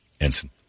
Ensign